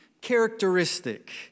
characteristic